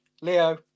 Leo